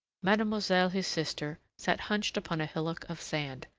mademoiselle his sister sat hunched upon a hillock of sand.